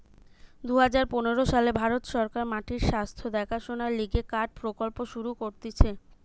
দুই হাজার পনের সালে ভারত সরকার মাটির স্বাস্থ্য দেখাশোনার লিগে কার্ড প্রকল্প শুরু করতিছে